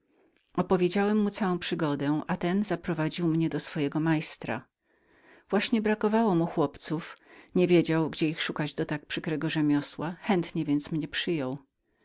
opowiedziałem mu całą przygodę i ten zaprowadził mnie do swego majstra właśnie brakowało mu chłopców niewiedział gdzie ich szukać do tak przykrego rzemiosła chętnie mnie więc przyjął